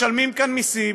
משלמים כאן מסים,